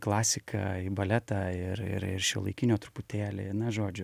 klasiką į baletą ir ir ir šiuolaikinio truputėlį na žodžiu